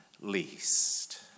least